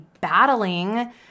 battling